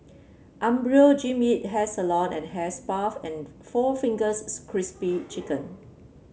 Umbro Jean Yip Hairs along and Hair Spa and four Fingers Crispy Chicken